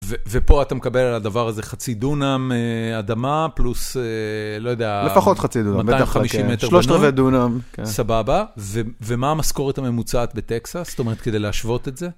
ו.. ופה אתה מקבל על הדבר הזה חצי דונם אה.. אדמה, פלוס אה.. לא יודע... לפחות חצי דונם, 250 מטר, שלושת רבי דונם. סבבה. ומה המשכורת הממוצעת בטקסס? זאת אומרת, כדי להשוות את זה?